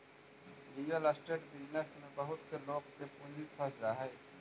real estate business में बहुत से लोग के पूंजी फंस जा हई